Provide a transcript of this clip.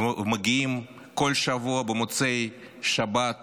ומגיעים בכל שבוע במוצאי שבת